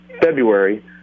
February